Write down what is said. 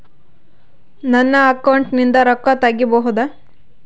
ನನ್ನ ಅಕೌಂಟಿಂದ ರೊಕ್ಕ ತಗಿಬಹುದಾ?